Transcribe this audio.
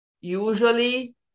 usually